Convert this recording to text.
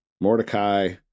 Mordecai